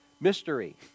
mystery